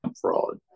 fraud